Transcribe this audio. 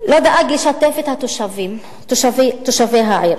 לא דאג לשתף את התושבים, תושבי העיר,